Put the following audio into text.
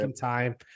time